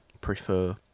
prefer